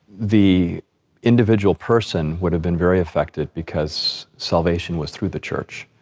the individual person would have been very affected because salvation was through the church.